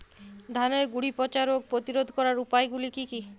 ধানের গুড়ি পচা রোগ প্রতিরোধ করার উপায়গুলি কি কি?